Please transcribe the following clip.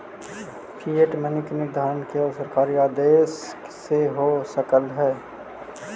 fiat money के निर्धारण केवल सरकारी आदेश से हो सकऽ हई